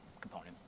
component